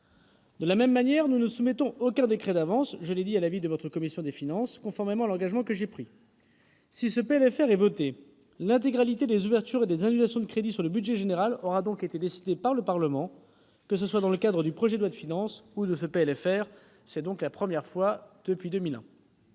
De la même manière, nous ne soumettons aucun décret d'avance à l'avis de votre commission des finances, conformément à l'engagement que j'avais pris devant vous. Si ce PLFR est voté, l'intégralité des ouvertures et des annulations de crédits sur le budget général aura donc été décidée par le Parlement, que ce soit dans le cadre du projet de loi de finances ou du projet de loi de finances